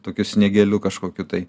tokiu sniegeliu kažkokiu tai